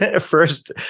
first